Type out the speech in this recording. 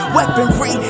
Weaponry